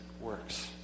works